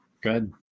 good